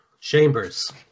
Chambers